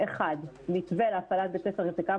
הראשון הוא מתווה להפעלת בתי ספר כקמפוס,